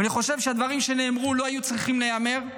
אני חושב שהדברים שנאמרו לא היו צריכים להיאמר,